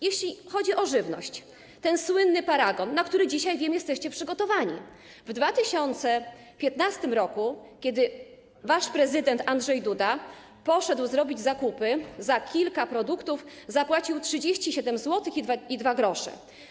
Jeśli chodzi o żywność, ten słynny paragon, na który dzisiaj, wiem, jesteście przygotowani, to w 2015 r., kiedy wasz prezydent Andrzej Duda poszedł zrobić zakupy, za kilka produktów zapłacił 37,02 zł.